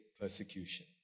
persecution